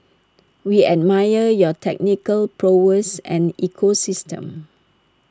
we admire your technical prowess and ecosystem